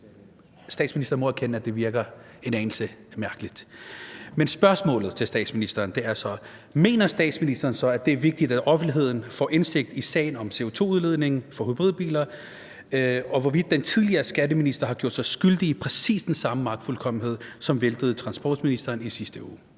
statsministeren erkende. Men spørgsmålet til statsministeren er så: Mener statsministeren så, at det er vigtigt, at offentligheden får indsigt i sagen om CO2-udledningen for hybridbiler, og hvorvidt den tidligere skatteminister har gjort sig skyldig i præcis den samme magtfuldkommenhed, som væltede transportministeren i sidste uge?